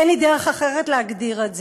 אין לי דרך אחרת להגדיר את זה.